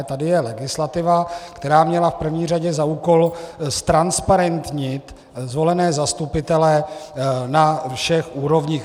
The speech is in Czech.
Tady je legislativa, která měla v první řadě za úkol ztransparentnit zvolené zastupitele na všech úrovních.